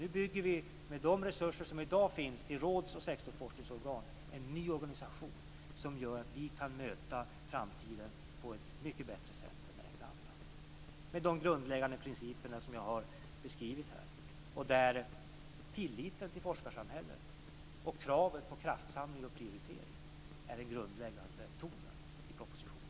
Nu bygger vi med de resurser som i dag finns till råds och sektorsforskningsorgan en ny organisation som gör att vi kan möta framtiden på ett mycket bättre sätt än med den gamla, och med de grundläggande principer som jag har beskrivit, där tilliten till forskarsamhället och kravet på kraftsamling och prioritering är den grundläggande tonen i propositionen.